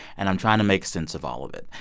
and i'm trying to make sense of all of it.